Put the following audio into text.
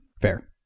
Fair